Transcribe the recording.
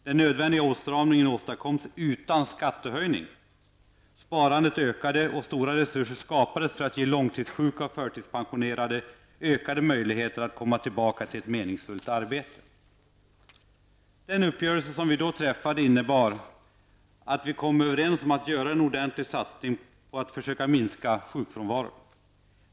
Den nödvändiga åtstramningen åstadkoms utan skattehöjning, sparandet ökade och stora resurser skapades för att ge långtidssjuka och förtidspensionerade ökade möjligheter att komma tillbaka till ett meningsfullt arbete. Den uppgörelse som vi då träffade innebar en ordentlig satsning på att försöka minska sjukfrånvaron.